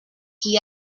qui